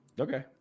Okay